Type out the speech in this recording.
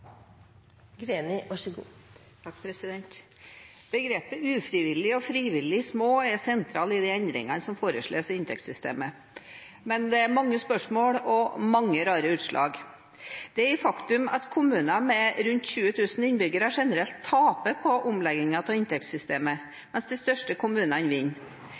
i de endringene som forslås i inntektssystemet. Men det er mange spørsmål og mange rare utslag. Det er et faktum at kommuner med rundt 20 000 innbyggere generelt taper på omleggingen av inntektssystemet, mens de største kommunene